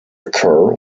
occur